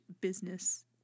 business